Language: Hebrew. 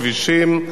כבישים.